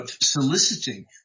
soliciting